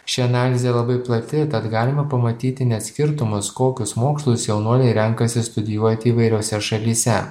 ši analizė labai plati tad galima pamatyti net skirtumus kokius mokslus jaunuoliai renkasi studijuoti įvairiose šalyse